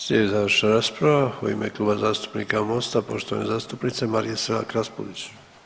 Slijedi završna rasprava u ime Kluba zastupnika MOST-a poštovane zastupnice Marije Selak-Raspudić.